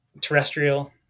terrestrial